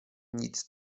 nic